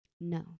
No